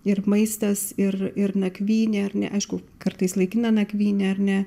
ir maistas ir ir nakvynė ar ne aišku kartais laikina nakvynė ar ne